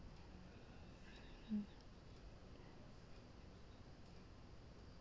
mm